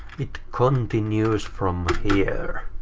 it continues from here.